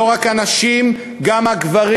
לא רק הנשים, גם הגברים.